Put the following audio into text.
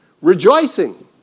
rejoicing